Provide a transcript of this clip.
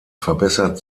verbessert